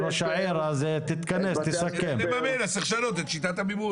אז צריך לשנות את שיטת המימון.